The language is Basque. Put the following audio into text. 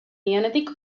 nionetik